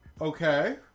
Okay